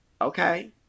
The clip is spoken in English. Okay